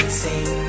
sing